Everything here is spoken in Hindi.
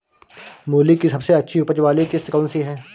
मूली की सबसे अच्छी उपज वाली किश्त कौन सी है?